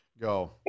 go